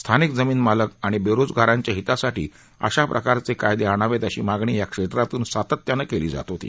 स्थानिक जमीन मालक आणि बेरोजगारांच्या हितासाठी अशाप्रकारचे कायदे आणावेत अशी मागणी या क्षेत्रातून सातत्यानं केली जात होती